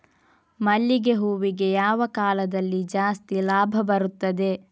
ಮಲ್ಲಿಗೆ ಹೂವಿಗೆ ಯಾವ ಕಾಲದಲ್ಲಿ ಜಾಸ್ತಿ ಲಾಭ ಬರುತ್ತದೆ?